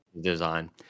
design